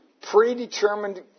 predetermined